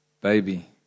baby